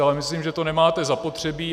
Ale myslím, že to nemáte zapotřebí.